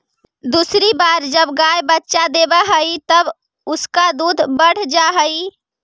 दूसरी बार जब गाय बच्चा देवअ हई तब उसका दूध बढ़ जा हई